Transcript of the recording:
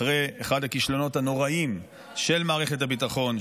אחרי אחד הכישלונות הנוראיים של מערכת הביטחון,